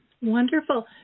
Wonderful